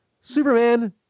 Superman